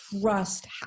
trust